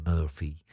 Murphy